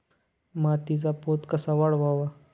मातीचा पोत कसा वाढवावा?